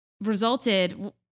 resulted